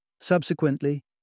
Subsequently